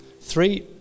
three